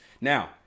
Now